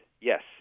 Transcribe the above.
yes